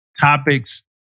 topics